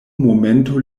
momento